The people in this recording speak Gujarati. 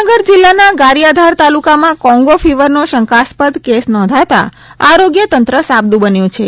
ભાવનગર જીલ્લાના ગારીયાધાર તાલુકામાં કોંગો ફીવરનો શંકાસ્પદ કેસ નોંધાતા આરોગ્ય તંત્ર સાબદું બન્યું છે